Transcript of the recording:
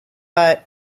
but